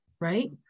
right